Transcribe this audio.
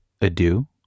adieu